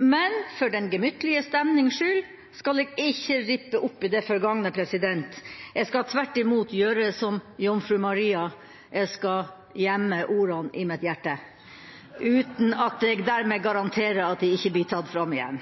Men for den gemyttlige stemnings skyld skal jeg ikke rippe opp i det forgangne; jeg skal tvert imot gjøre som jomfru Maria: Jeg skal gjemme ordene i mitt hjerte – uten at jeg dermed garanterer at de ikke blir tatt fram igjen.